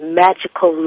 magical